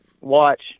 watch